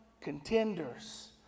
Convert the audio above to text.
contenders